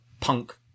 Punk